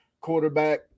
quarterback